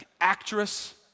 Actress